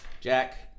Jack